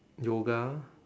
yoga